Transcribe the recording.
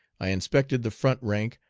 i inspected the front rank,